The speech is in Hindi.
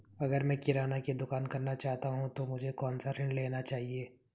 अगर मैं किराना की दुकान करना चाहता हूं तो मुझे कौनसा ऋण लेना चाहिए?